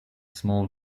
small